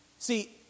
See